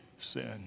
sin